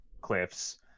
cliffs